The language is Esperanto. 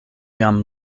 jam